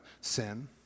Sin